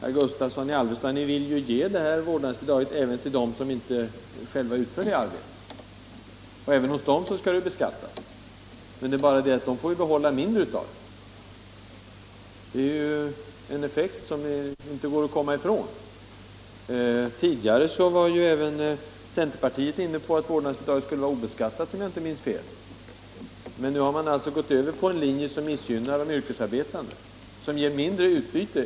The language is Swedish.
Herr talman! Men, herr Gustavsson i Alvesta, ni vill ju ge vårdnadsbidraget även till dem som inte själva utför arbetet. Även för deras del skall det beskattas. Det leder till att de får behålla mindre av det. Det är en effekt som inte går att komma ifrån. Tidigare var även centern, om jag inte minns fel, inne på att vårdnadsbidraget skulle vara obeskattat. Men nu har man gått över på en linje som missgynnar de yrkesarbetande, som ger dem mindre utbyte.